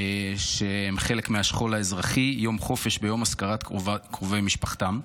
שהם חלק מהשכול האזרחי יום חופש ביום אזכרת קרובי משפחתם.